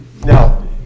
Now